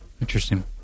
Interesting